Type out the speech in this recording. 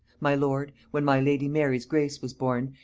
my lord, when my lady mary's grace was born,